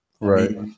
right